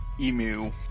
emu